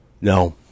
no